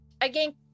Again